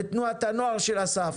לתנועת הנוער של אסף,